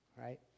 right